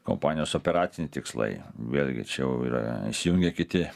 kompanijos operaciniai tikslai vėlgi čia jau yra įsijungia kiti